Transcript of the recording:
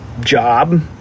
Job